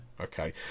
Okay